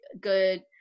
good